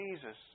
Jesus